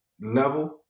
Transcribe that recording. level